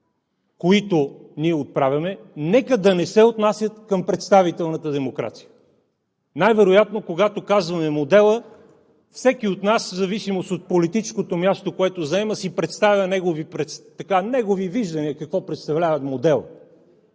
които ние отправяме, нека да не се отнасят към представителната демокрация. Най-вероятно, когато казваме „модела“, всеки от нас в зависимост от политическото място, което заема, си представя негови виждания какво представлява моделът